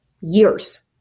years